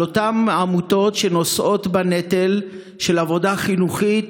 על אותן עמותות שנושאות בנטל של עבודה חינוכית,